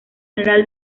funeral